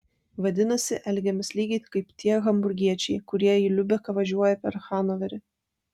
vadinasi elgiamės lygiai kaip tie hamburgiečiai kurie į liubeką važiuoja per hanoverį